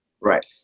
Right